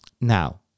Now